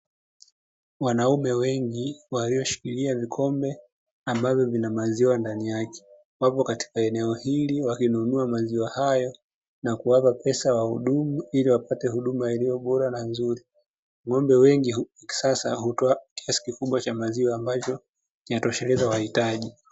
Wanaume wengi walioshikilia vikombe ambavyo vina maziwa ndani yake wapo katika eneo hili wakinunua maziwa hayo na kuwapa pesa wahudumu ili wapate huduma hiliyo bora na nzuri. Ng'ombe wengi wa kisasa hutoa kiasi kikubwa cha maziwa ambacho kinatosheleza mahitaji.